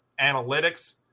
analytics